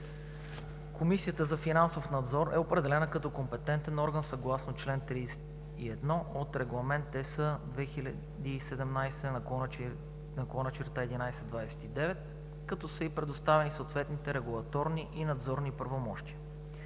Комисията за финансов надзор е определена като компетентен орган съгласно чл. 31 от Регламент (ЕС) 2017/1129, като са ѝ предоставени съответните регулаторни и надзорни правомощия.